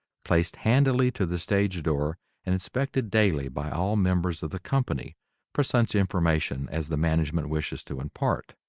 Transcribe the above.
placed handily to the stage door and inspected daily by all members of the company for such information as the management wishes to impart.